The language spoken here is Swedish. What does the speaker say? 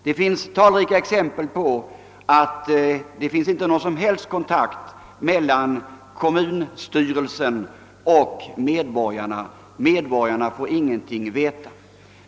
Det finns talrika exempel på att det inte föreligger någon som helst kontakt mellan kommunstyrelsen och medborgarna — medborgarna får ingenting veta.